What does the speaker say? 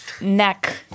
neck